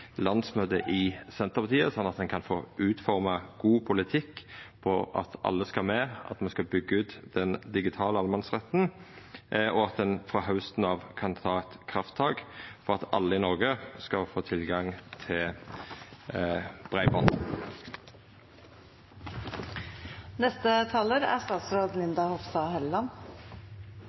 i Senterpartiet, sånn at ein kan få utforma god politikk på at alle skal med, at me skal byggja ut den digitale allemannsretten, og at ein frå hausten av kan ta eit krafttak for at alle i Noreg skal få tilgang til